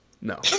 no